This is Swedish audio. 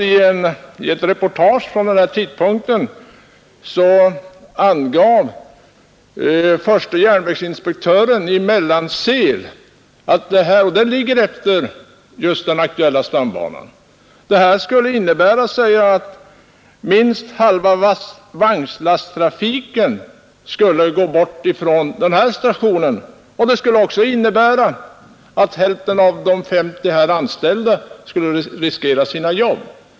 I ett reportage från denna tid angav förste järnvägsinspektören i Mellansel, som ligger just vid den aktuella delen av stambanan, att minst halva vagnslasttrafiken skulle försvinna från hans station. Det skulle också innebära att hälften av de 50 där anställda skulle riskera sina anställningar.